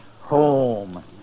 home